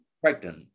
pregnant